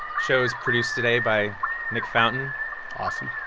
show was produced today by nick fountain awesome